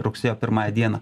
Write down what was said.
rugsėjo pirmąją dieną